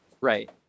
Right